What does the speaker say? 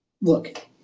look